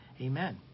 Amen